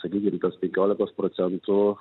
sakykim tas penkiolikos procentų